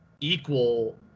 equal